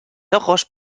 ojos